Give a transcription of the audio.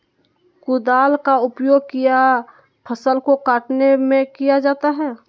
कुदाल का उपयोग किया फसल को कटने में किया जाता हैं?